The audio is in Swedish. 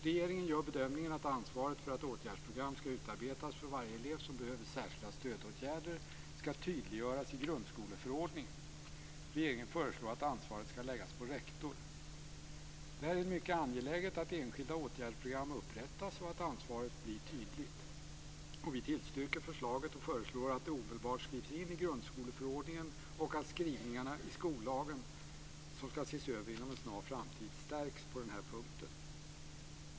Regeringen gör bedömningen att ansvaret för att åtgärdsprogram skall utarbetas för varje elev som behöver särskilda stödåtgärder skall tydliggöras i grundskoleförordningen. Regeringen föreslår att ansvaret skall läggas på rektor. Det är mycket angeläget att enskilda åtgärdsprogram upprättas och att ansvaret blir tydligt. Vi tillstyrker förslaget och föreslår att det omedelbart skrivs in i grundskoleförordningen samt att skrivningarna i skollagen, som skall ses över inom en snar framtid, stärks på denna punkt.